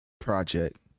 project